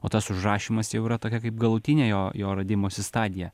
o tas užrašymas jau yra tokia kaip galutinė jo jo radimosi stadija